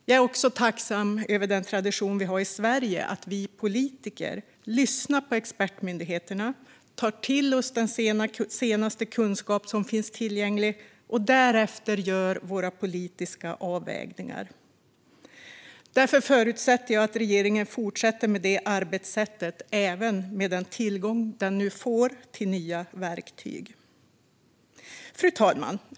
Jag är också tacksam över den tradition vi har i Sverige av att vi politiker lyssnar på expertmyndigheterna, tar till oss den senaste kunskap som finns tillgänglig och därefter gör våra politiska avvägningar. Därför förutsätter jag att regeringen fortsätter med det arbetssättet även med den tillgång den nu får till nya verktyg. Fru talman!